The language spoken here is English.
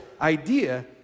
idea